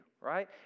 right